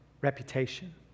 reputation